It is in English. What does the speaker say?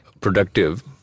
productive